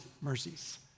mercies